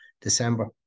December